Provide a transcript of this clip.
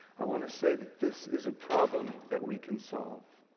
i want to say that this is a problem that we can solve.